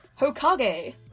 Hokage